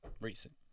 Recent